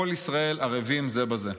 כל ישראל ערבים זה בזה.